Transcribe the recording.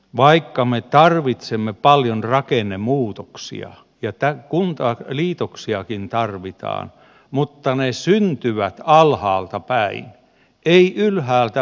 vaikka me tarvitsemme paljon rakennemuutoksia ja kuntaliitoksiakin tarvitaan ne syntyvät alhaalta päin eivät ylhäältä määrittelemällä